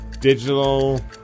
Digital